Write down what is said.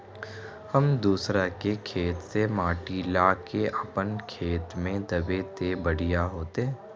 हम दूसरा के खेत से माटी ला के अपन खेत में दबे ते बढ़िया होते?